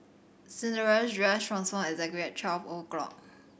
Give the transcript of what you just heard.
Cinderella's dress transformed exactly at twelve o'clock